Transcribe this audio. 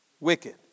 wicked